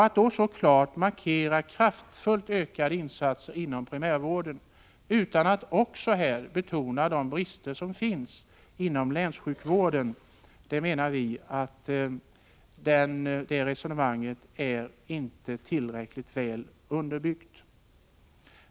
Att då så klart markera kraftfullt ökade insatser inom primärvården — utan att också betona de brister som finns inom länssjukvården — menar vi är ett resonemang som inte är tillräckligt väl underbyggt.